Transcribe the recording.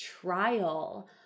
trial